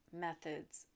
methods